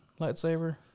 lightsaber